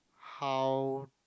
how